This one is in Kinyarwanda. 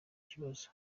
kibazo